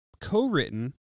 co-written